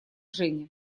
женя